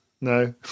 No